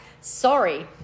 sorry